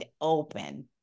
open